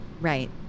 Right